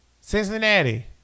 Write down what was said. Cincinnati